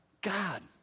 God